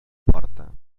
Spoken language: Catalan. porta